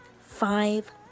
five